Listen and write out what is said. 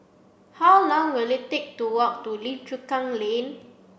how long will it take to walk to Lim Chu Kang Lane